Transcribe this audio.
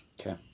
Okay